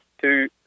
two